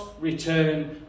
return